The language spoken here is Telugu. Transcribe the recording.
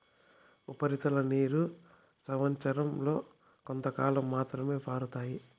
ఉపరితల నీరు సంవచ్చరం లో కొంతకాలం మాత్రమే పారుతాయి